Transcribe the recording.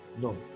no